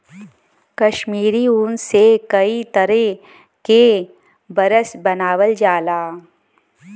कसमीरी ऊन से कई तरे क बरस बनावल जाला